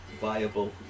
viable